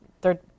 third